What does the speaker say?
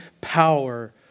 power